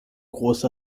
große